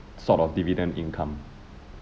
sort of dividend income